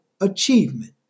achievement